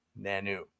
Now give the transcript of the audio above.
Nanu